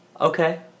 Okay